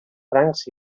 francs